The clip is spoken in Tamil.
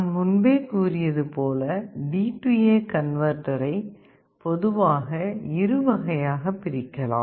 நான் முன்பே கூறியது போல DA கன்வெர்ட்டரை பொதுவாக இருவகையாக பிரிக்கலாம்